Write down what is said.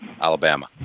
Alabama